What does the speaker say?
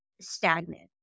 stagnant